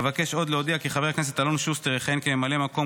אבקש עוד להודיע כי חבר הכנסת אלון שוסטר יכהן כממלא מקום